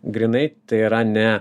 grynai tai yra ne